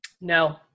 No